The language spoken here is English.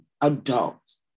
adults